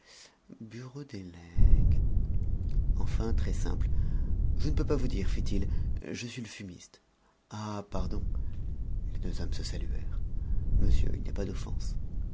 bureau des legs enfin très simple je ne peux pas vous dire fit-il je suis le fumiste ah pardon les deux hommes se saluèrent monsieur il n'y a pas d'offense